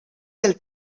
del